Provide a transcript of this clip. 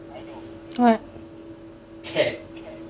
what